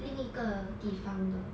另一个地方的